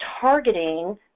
targeting